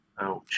Ouch